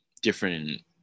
different